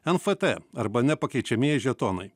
nft arba nepakeičiamieji žetonai